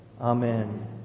Amen